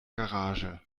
garage